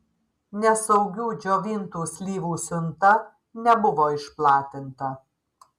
nesaugių džiovintų slyvų siunta nebuvo išplatinta